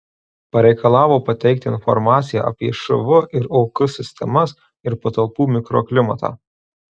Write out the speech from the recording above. pareikalavo pateikti informaciją apie šv ir ok sistemas ir patalpų mikroklimatą